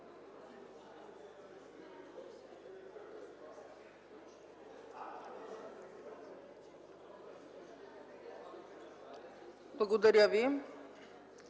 Благодаря Ви,